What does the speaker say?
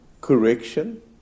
correction